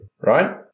right